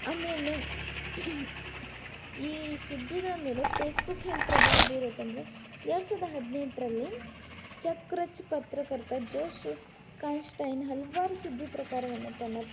ಆಮೇಲೆ ಈ ಸುದ್ದಿಗಳ ಮೇಲೆ ಪೇಸ್ಬುಕ್ ಹೆಂಗೆ ಪ್ರಭಾವ ಬೀರತ್ತೆ ಅಂದರೆ ಎರಡು ಸಾವಿರದ ಹದಿನೆಂಟರಲ್ಲಿ ಚಕ್ರಜ್ ಪತ್ರಕರ್ತ ಜೋಶ್ ಕಾನ್ಶಟೈನ್ ಹಲವಾರು ಸುದ್ದಿ ಪ್ರಕಾರವನ್ನು ತನ್ನ